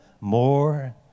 more